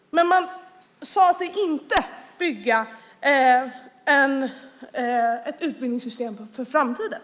Man sade sig inte bygga ett utbildningssystem för framtiden.